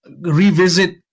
revisit